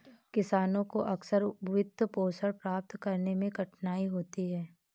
किसानों को अक्सर वित्तपोषण प्राप्त करने में कठिनाई होती है